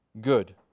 good